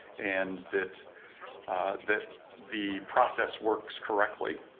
and that that the process works correctly.